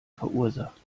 verursacht